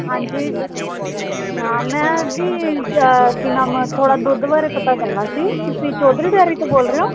ਹਾਂਜੀ ਹਾਂ ਮੈਂ ਜੀ ਕੀ ਨਾਮ ਥੋੜਾ ਦੁੱਧ ਬਾਰੇ ਪਤਾ ਕਰਨਾ ਸੀ ਤੁਸੀਂ ਚੋਧਰੀ ਡੈਰੀ ਤੋਂ ਬੋਲ ਰਹੇ ਓ